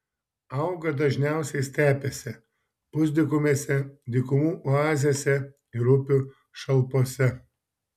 auga dažniausiai stepėse pusdykumėse dykumų oazėse ir upių šalpose